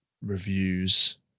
reviews